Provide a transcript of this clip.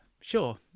Sure